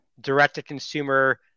direct-to-consumer